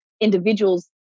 individuals